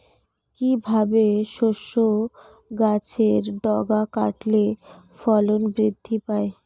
কিভাবে শসা গাছের ডগা কাটলে ফলন বৃদ্ধি পায়?